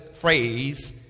phrase